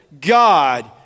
God